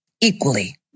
Equally